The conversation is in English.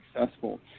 successful